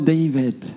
David